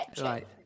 right